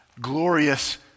glorious